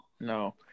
No